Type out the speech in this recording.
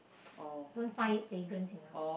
don't find it fragrance enough